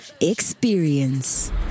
Experience